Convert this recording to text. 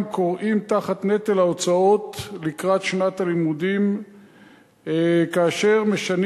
כורעים תחת נטל ההוצאות לקראת שנת הלימודים כאשר משנים